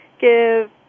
give